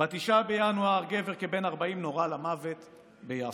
ב-9 בינואר: גבר כבן 40 נורה למוות ביפו,